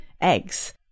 eggs